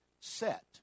set